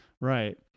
right